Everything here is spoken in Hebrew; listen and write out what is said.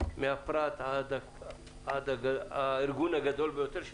מהפרט עד הארגון הגדול ביותר,